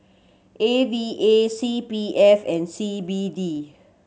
A V A C P F and C B D